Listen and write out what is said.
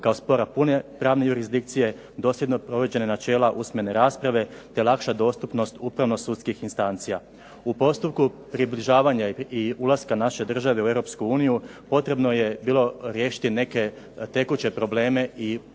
kao spora pune pravne jurisdikcije dosljedno provođene načela usmene rasprave te lakša dostupnost upravno sudskih instancija. U postupku približavanja i ulaska naše države u EU potrebno je bilo riješiti neke tekuće probleme i poteškoće